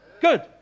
good